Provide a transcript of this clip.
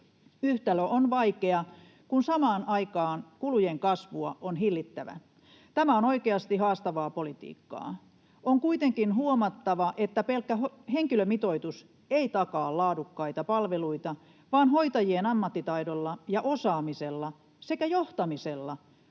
Yhtälö on vaikea, kun samaan aikaan kulujen kasvua on hillittävä. Tämä on oikeasti haastavaa politiikkaa. On kuitenkin huomattava, että pelkkä henkilöstömitoitus ei takaa laadukkaita palveluita, vaan hoitajien ammattitaidolla ja osaamisella sekä johtamisella